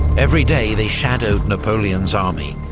every day they shadowed napoleon's army,